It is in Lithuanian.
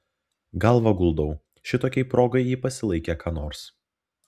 galvą guldau šitokiai progai ji pasilaikė ką nors